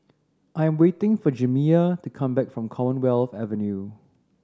I am waiting for Jamiya to come back from Commonwealth Avenue